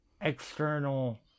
external